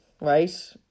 right